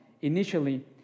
initially